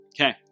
Okay